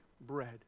bread